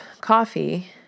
coffee